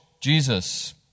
Jesus